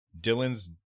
dylan's